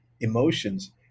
emotions